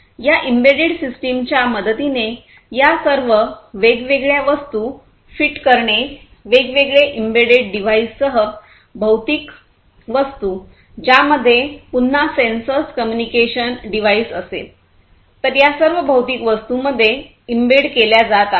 या embedded system च्या मदतीने या सर्व वेगवेगळ्या वस्तू फिट करणे वेगवेगळे एम्बेडेड डिव्हाइससह भौतिक वस्तू ज्यामध्ये पुन्हा सेन्सर्स कम्युनिकेशन डिव्हाइस असेल तर या सर्व भौतिक वस्तूंमध्ये एम्बेड केल्या जात आहेत